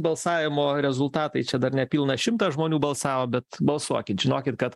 balsavimo rezultatai čia dar nepilnas šimtas žmonių balsavo bet balsuokit žinokit kad